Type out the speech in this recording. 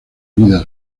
vida